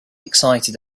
excited